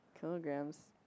Kilograms